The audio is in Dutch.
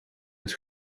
het